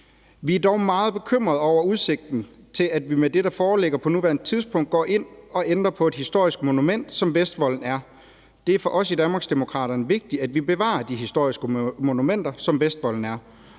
Vi er dog meget bekymrede over udsigten til, at vi med det, der foreligger på nuværende tidspunkt, går ind og ændrer på et historisk monument, som Vestvolden er. Det er for os i Danmarksdemokraterne vigtigt, at vi bevarer historiske monumenter som Vestvolden.